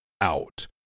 out